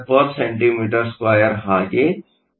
19 Acm 2 ಆಗಿ ಹೊರಹೊಮ್ಮುತ್ತದೆ